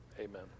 Amen